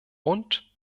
und